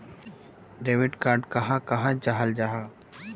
Debit card कहाक कहाल जाहा जाहा?